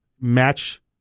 match